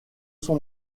son